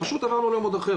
פשוט עברנו למודל עכשיו,